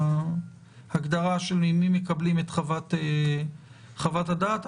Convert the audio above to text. ההגדרה ממי מקבלים את חוות הדעת.